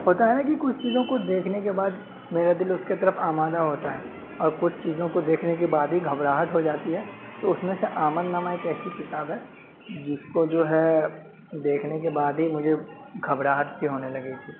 ہوتا ہے نا کہ کچھ چیزوں کو دیکھنے کے بعد میرا دل اس کے طرف آمادہ ہوتا ہے اور کچھ چیزوں کو دیکھنے کے بعد ہی گھبراہٹ ہو جاتی ہے تو اس میں سے آمد نامہ ایک ایسی کتاب ہے جس کو جو ہے دیکھنے کے بعد ہی مجھے گھبراہٹ سی ہونے لگی تھی